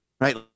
right